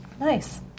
Nice